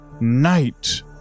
Night